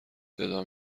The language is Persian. صدا